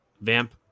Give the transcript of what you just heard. vamp